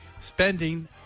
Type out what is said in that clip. spending